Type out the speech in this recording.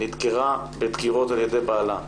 נדקרה בדקירות על ידי בעלה.